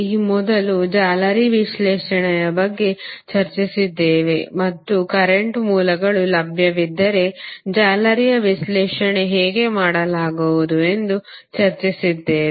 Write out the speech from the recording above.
ಈ ಮೊದಲು ಜಾಲರಿ ವಿಶ್ಲೇಷಣೆಯ ಬಗ್ಗೆ ಚರ್ಚಿಸಿದ್ದೇವೆ ಮತ್ತು ಕರೆಂಟ್ ಮೂಲಗಳು ಲಭ್ಯವಿದ್ದರೆ ಜಾಲರಿಯ ವಿಶ್ಲೇಷಣೆ ಹೇಗೆ ಮಾಡಲಾಗುವುದು ಎಂದು ಚರ್ಚಿಸಿದ್ದೇವೆ